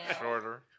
Shorter